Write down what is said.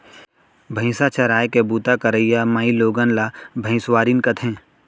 भईंसा चराय के बूता करइया माइलोगन ला भइंसवारिन कथें